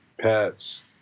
pets